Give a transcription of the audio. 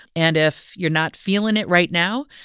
and if you're not feeling it right now,